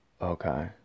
Okay